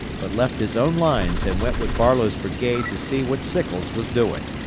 but left his own lines and went with barlow's brigade to see what sickles was doing.